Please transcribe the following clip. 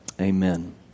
Amen